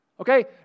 Okay